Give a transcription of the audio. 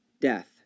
death